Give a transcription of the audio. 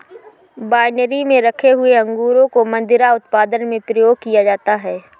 winery में रखे हुए अंगूरों को मदिरा उत्पादन में प्रयोग किया जाता है